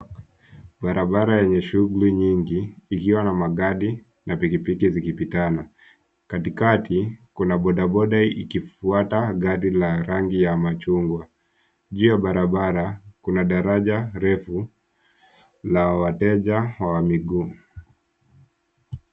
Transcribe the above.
Barabara yenye shughuli nyingi iliyo na magari na pikipiki zikipitana. Katikati kuna bodaboda ikifuata gari la rangi ya machungwa. Juu ya barabara kuna daraja refu la wateja wa miguu.